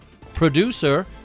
producer